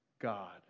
God